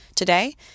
Today